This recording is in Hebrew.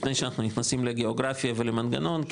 לפני שאנחנו נכנסים לגאוגרפיה ומנגנון,